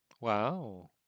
Wow